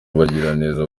abagiraneza